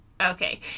Okay